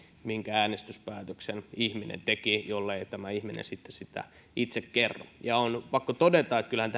minkä äänestyspäätöksen ihminen teki jollei tämä ihminen sitten sitä itse kerro ja on pakko todeta että kyllähän